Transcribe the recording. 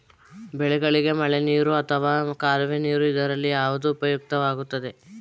ಬೆಳೆಗಳಿಗೆ ಮಳೆನೀರು ಅಥವಾ ಕಾಲುವೆ ನೀರು ಇದರಲ್ಲಿ ಯಾವುದು ಉಪಯುಕ್ತವಾಗುತ್ತದೆ?